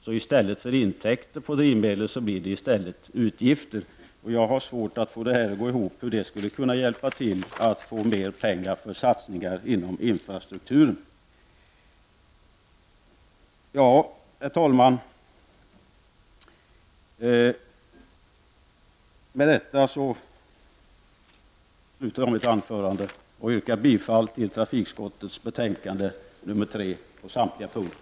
I stället för intäkter från drivmedel skulle det bli utgifter. Jag har svårt att inse hur det skulle kunna hjälpa till att få fram mer pengar för satsningar på infrastrukturen. Med detta, herr talman, slutar jag mitt anförande och yrkar på samtliga punkter bifall till hemställan i trafikutskottets betänkande nr 3.